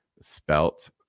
spelt